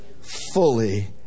fully